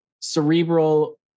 cerebral